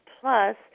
Plus